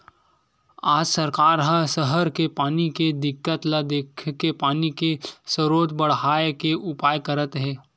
आज सरकार ह सहर के पानी के दिक्कत ल देखके पानी के सरोत बड़हाए के उपाय करत हे